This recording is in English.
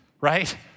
right